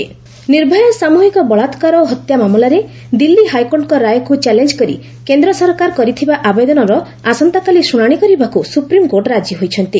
ପ୍ରେକ୍ ମର୍ସି ନିର୍ଭୟା ସାମୁହିକ ବଳାକ୍କାର ଓ ହତ୍ୟା ମାମଲାରେ ଦିଲ୍ଲୀ ହାଇକୋଟେଙ୍କ ରାୟକୁ ଚ୍ୟାଲେଞ୍ଜ କରି କେନ୍ଦ୍ର ସରକାର କରିଥିବା ଆବେଦନର ଆସନ୍ତାକାଲି ଶୁଣାଣି କରିବାକୁ ସୁପ୍ରିମକୋର୍ଟ ରାଜି ହୋଇଛନ୍ତି